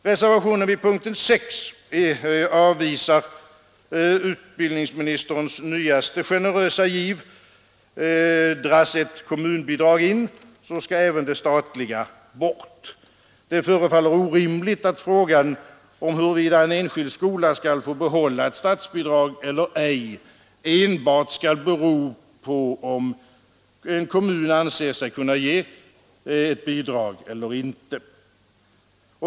Reservationen vid punkten 6 avvisar utbildningsministerns nyaste generösa giv: dras ett kommunbidrag in skall även det statliga bort. Det förefaller orimligt att frågan om huruvida en enskild skola skall få behålla ett statsbidrag eller ej enbart skall bero på om en kommun anser sig kunna ge ett bidrag eller inte.